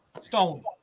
stone